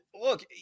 look